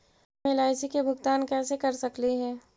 हम एल.आई.सी के भुगतान कैसे कर सकली हे?